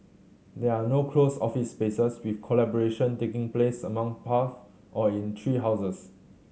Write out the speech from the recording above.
there are no closed office spaces with collaboration taking place along paths or in tree houses